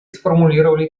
сформулировали